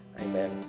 Amen